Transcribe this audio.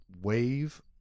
wave